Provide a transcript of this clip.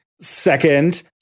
Second